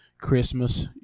christmas